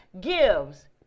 gives